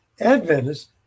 Adventists